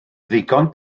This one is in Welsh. ddigon